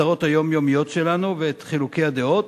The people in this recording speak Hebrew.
הצרות היומיומיות שלנו ואת חילוקי הדעות,